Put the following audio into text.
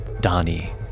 Donnie